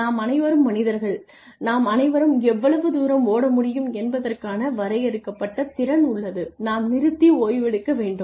நாம் அனைவரும் மனிதர்கள் நாம் அனைவரும் எவ்வளவு தூரம் ஓட முடியும் என்பதற்கான வரையறுக்கப்பட்ட திறன் உள்ளது நாம் நிறுத்தி ஓய்வெடுக்க வேண்டும்